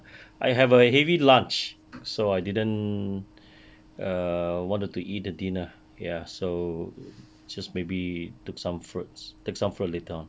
I have a heavy lunch so I didn't err wanted to eat dinner ya so just maybe took some fruits take some fruit later on